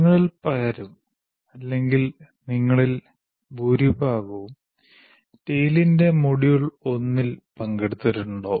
നിങ്ങളിൽ പലരും അല്ലെങ്കിൽ നിങ്ങളിൽ ഭൂരിഭാഗവും TALE ന്റെ മൊഡ്യൂൾ 1ൽ പങ്കെടുത്തിട്ടുണ്ടാവും